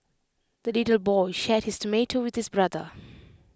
the little boy shared his tomato with his brother